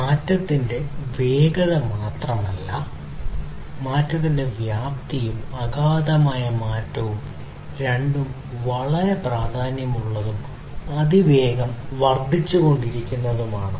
മാറ്റത്തിന്റെ വേഗത മാത്രമല്ല മാറ്റത്തിന്റെ വ്യാപ്തിയും അഗാധമായ മാറ്റവും രണ്ടും വളരെ തുല്യ പ്രാധാന്യമുള്ളതും അതിവേഗം വർദ്ധിച്ചുകൊണ്ടിരിക്കുന്നതുമാണ്